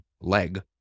leg